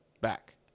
back